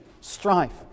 strife